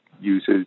uses